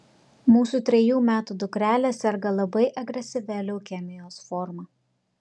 mūsų trejų metų dukrelė serga labai agresyvia leukemijos forma